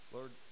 Lord